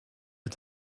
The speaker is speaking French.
est